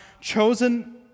chosen